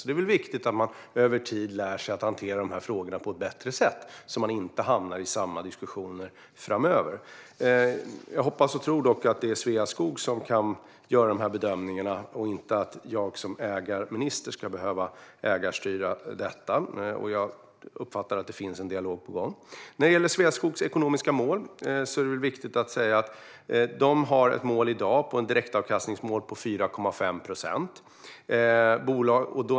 Det är viktigt att man över tid lär sig att hantera de här frågorna på ett bättre sätt så att man inte hamnar i samma diskussioner framöver. Jag hoppas och tror dock att Sveaskog kan göra de bedömningarna så att inte jag som ägarminister ska behöva ägarstyra detta. Jag uppfattar att det finns en dialog på gång. När det gäller Sveaskogs ekonomiska mål är det viktigt att säga att man i dag har ett direktavkastningsmål på 4,5 procent.